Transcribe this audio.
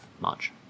March